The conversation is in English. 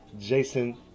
Jason